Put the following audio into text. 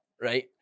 right